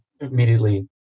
immediately